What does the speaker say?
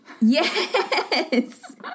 Yes